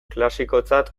klasikotzat